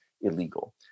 illegal